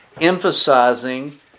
emphasizing